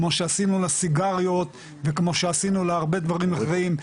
כמו שעשינו לסיגריות וכמו שעשינו להרבה דברים אחרים,